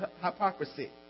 hypocrisy